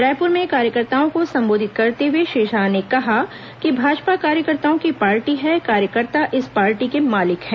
रायपुर में कार्यकर्ताओं को संबोधित करते हुए श्री शाह ने कहा कि भाजपा कार्यकर्ताओं की पार्टी है कार्यकर्ता इस पार्टी के मालिक है